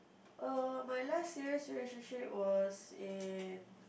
oh my life's serious relationship was in